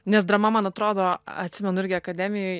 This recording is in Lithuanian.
nes drama man atrodo atsimenu irgi akademijoj